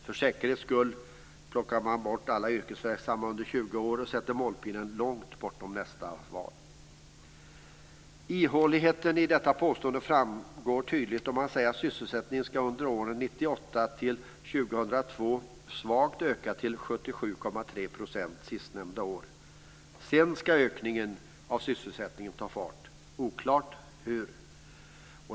För säkerhets skull plockar man bort alla yrkesverksamma under 20 år och sätter målpinnen långt bortom nästa val. Ihåligheten i detta framgår tydligt när man säger att sysselsättningen under åren 1998-2002 ska öka svagt till 77,3 % sistnämnda år. Sedan ska ökningen av sysselsättningen ta fart - oklart hur.